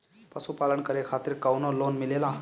पशु पालन करे खातिर काउनो लोन मिलेला?